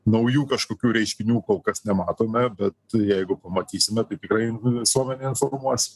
naujų kažkokių reiškinių kol kas nematome bet jeigu pamatysime tai tikrai visuomenę informuos